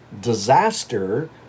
disaster